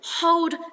Hold